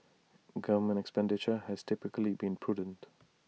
government expenditure has typically been prudent